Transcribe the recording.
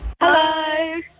Hello